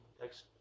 next